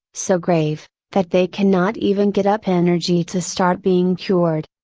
so grave, that they cannot even get up energy to start being cured.